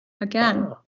Again